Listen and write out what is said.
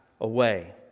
away